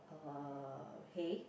uh hay